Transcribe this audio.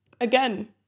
again